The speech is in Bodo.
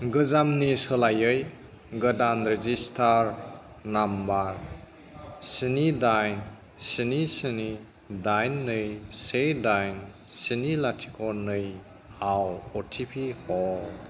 गोजामनि सोलायै गोदान रेजिस्टार्ड नाम्बार सिनि दाइन सिनि सिनि दाइन नै से दाइन सिनि लाथिख' नै आव अटिपि हर